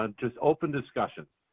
ah just open discussion.